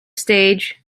stage